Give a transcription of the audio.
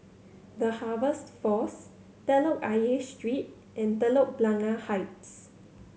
The Harvest Force Telok Ayer Street and Telok Blangah Heights